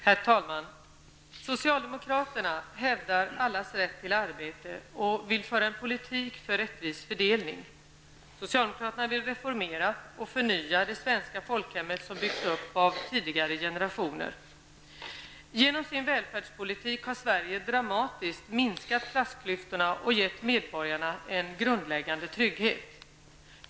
Herr talman! Socialdemokraterna hävdar allas rätt till arbete och vill för en politik för rättvis fördelning. Socialdemokraterna vill reformera och förnya det svenska folkhem som byggts upp av tidigare generationer. Genom sin välfärdspolitik har Sverige dramatiskt minskat klassklyftorna och gett medborgarna en grundläggande trygghet.